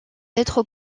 être